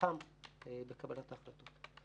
וחכם בקבלת החלטות.